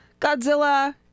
godzilla